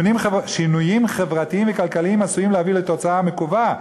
שינויים חברתיים וכלכליים עשויים להביא לתוצאה המקווה,